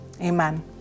amen